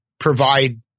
provide